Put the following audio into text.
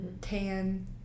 tan